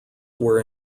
were